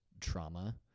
trauma